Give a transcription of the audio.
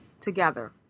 together